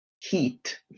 heat